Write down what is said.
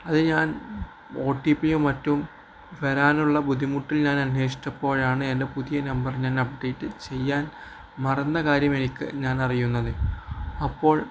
അത് ഞാൻ O T പിയും മറ്റും വരാനുള്ള ബുദ്ധിമുട്ടിൽ ഞാൻ അന്വേഷിച്ചപ്പോഴാണ് എൻ്റെ പുതിയ നമ്പർ ഞാൻ അപ്ഡേറ്റ് ചെയ്യാൻ മറന്ന കാര്യം എനിക്ക് ഞാൻ അറിയുന്നത് അപ്പോൾ